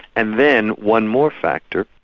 and then, one more factor,